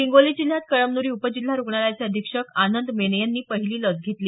हिंगोली जिल्हयात कळमन्री उपजिल्हा रुग्णालयाचे अधीक्षक आनंद मेने यांनी पहिली लस घेतली